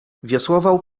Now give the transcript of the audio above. wiosłował